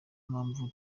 mpamvu